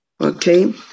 Okay